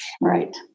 Right